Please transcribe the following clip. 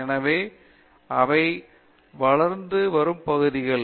எனவே அவைகள் வளர்த்து வரும் பகுதிகள்